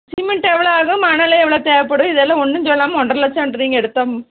cement எவ்வளோ ஆகும் மணல் எவ்வளோ தேவைப்படும் இதெல்லாம் ஒன்றும் சொல்லாமல் ஒன்றரை லட்சன்றீங்க எடுத்ததும்